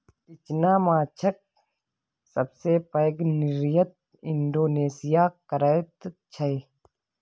इचना माछक सबसे पैघ निर्यात इंडोनेशिया करैत छै